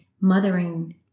mothering